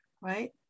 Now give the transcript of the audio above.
right